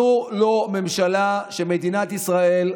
זו לא ממשלה שמדינת ישראל,